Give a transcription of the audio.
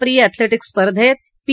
प्रि athletic स्पर्धेत P